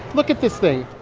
look at this thing.